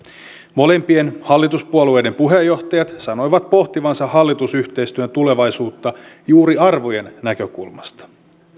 molempien hallituspuolueiden puheenjohtajat sanoivat pohtivansa hallitusyhteistyön tulevaisuutta juuri arvojen näkökulmasta